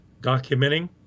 documenting